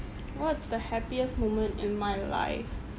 what's the happiest moment in my life